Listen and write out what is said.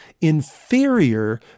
inferior